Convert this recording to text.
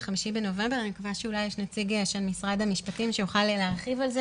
ב-25 בנובמבר אני מקווה שיש נציג של משרד המשפטים שיוכל להרחיב על זה